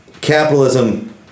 Capitalism